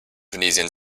tunesien